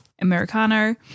Americano